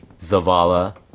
Zavala